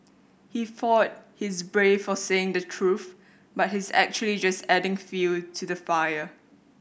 he thought he's brave for saying the truth but he's actually just adding fuel to the fire